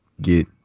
get